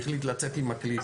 החליט לצאת עם הכלי,